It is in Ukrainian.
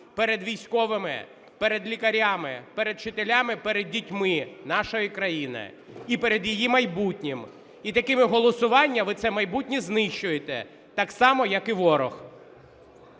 перед військовими, перед лікарями, перед вчителями, перед дітьми нашої країни, і перед її майбутнім. І такими голосуваннями ви це майбутнє знищуєте, так само, як і ворог.